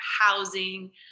housing